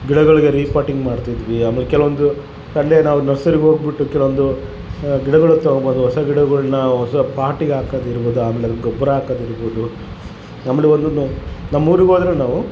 ಗಿಡಗಳಿಗೆ repotting ಮಾಡ್ತಿದ್ವಿ ಆಮೇಲೆ ಕೆಲವೊಂದು ಸಂಡೆ ನಾವು ನರ್ಸರಿಗೆ ಹೋಗಿಬಿಟ್ಟು ಕೆಲವೊಂದು ಗಿಡಗಳು ತೊಗೊಂಬೌದು ಹೊಸ ಗಿಡಗಳ್ನ ಹೊಸ ಪಾಟಿಗೆ ಹಾಕೋದ್ ಇರ್ಬೌದು ಆಮೇಲೆ ಗೊಬ್ಬರ ಹಾಕೋದ್ ಇರ್ಬೌದು ಆಮೇಲೆ ಒಂದನ್ನು ನಮ್ಮೂರಿಗೆ ಹೋದ್ರೆ ನಾವು